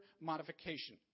modification